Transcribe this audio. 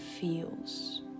feels